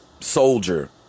soldier